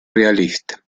realista